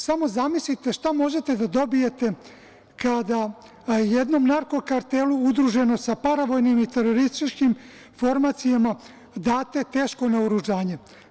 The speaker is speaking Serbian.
Samo zamislite šta možete da dobijete kada jednom narko kartelu udruženom sa paravojnim i terorističkim formacijama date teško naoružanje.